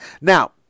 Now